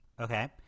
Okay